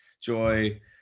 joy